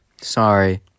sorry